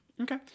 Okay